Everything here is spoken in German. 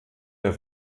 der